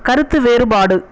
கருத்து வேறுபாடு